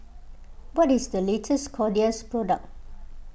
what is the latest Kordel's product